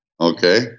okay